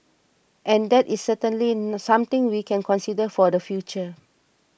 and that is certainly something we can consider for the future